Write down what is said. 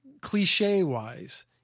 cliche-wise